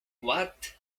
what